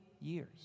years